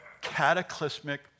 cataclysmic